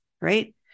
right